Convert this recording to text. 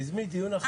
תזמי דיון אחר.